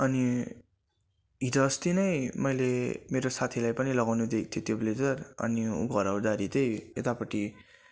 अनि हिजो अस्ति नै मैले मेरो साथीलाई पनि मैले लगाउनु दिएको थिएँ त्यो ब्लेजर अनि घर आउँदाखेरि चाहिँ यतापट्टि